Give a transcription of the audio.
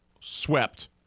swept